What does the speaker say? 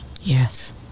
yes